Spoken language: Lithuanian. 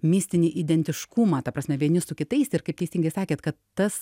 mistinį identiškumą ta prasme vieni su kitais ir kaip teisingai sakėt kad tas